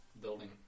building